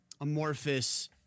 amorphous